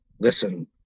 Listen